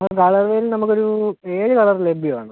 ആ സാധാരണയിൽ നമുക്ക് ഒരു ഏഴ് കളർ ലഭ്യമാണ്